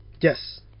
Yes